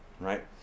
Right